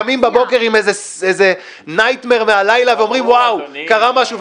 קמים בבוקר עם nightmare מהלילה ואומרים: וואו קרה משהו,